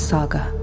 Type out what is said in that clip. Saga